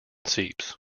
seeps